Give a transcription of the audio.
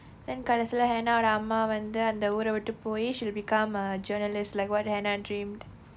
then கடைசில:kadaisila hannah வோட அம்மா வந்து அந்த ஊரை விட்டு போய்:voda ammaa vnathu antha oorai vittu poi she will become a journalist like what hannah dreamed